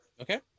Okay